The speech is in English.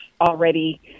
already